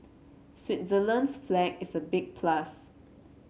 Switzerland's flag is a big plus